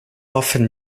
often